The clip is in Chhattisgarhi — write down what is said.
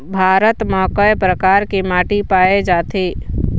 भारत म कय प्रकार के माटी पाए जाथे?